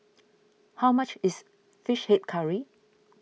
how much is Fish Head Curry